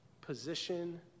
position